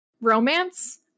romance